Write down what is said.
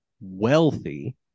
wealthy